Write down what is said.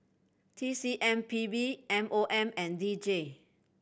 T C M P B M O M and D J